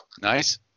Nice